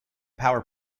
power